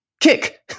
kick